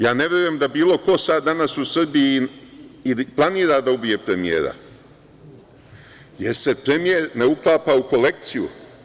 Ja ne verujem da bilo ko danas u Srbiji planira da ubije premijera, jer se premijer ne uklapa u kolekciju.